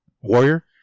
warrior